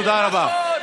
תודה רבה.